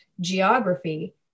geography